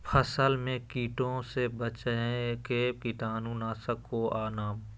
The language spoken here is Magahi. फसल में कीटों से बचे के कीटाणु नाशक ओं का नाम?